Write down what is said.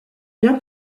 bien